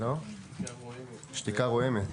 שתיקה רועמת.